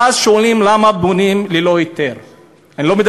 ואז שואלים למה בונים ללא היתר.